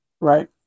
Right